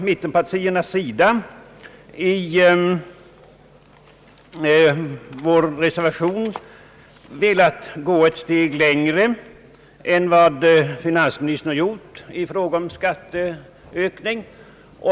Mittenpartierna har därför i sin reservation velat gå ett steg längre än vad finansministern gjort i fråga om skatteökning.